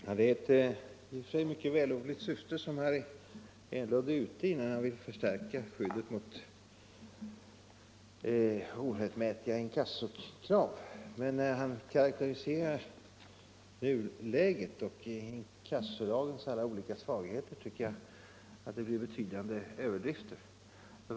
Herr talman! Det är ett i och för sig mycket vällovligt syfte som herr Enlund är ute i när han vill förstärka skyddet mot orättmätiga inkassokrav, men när han karakteriserar nuläget och inkassolagens alla svagheter tycker jag att det blir betydande överdrifter.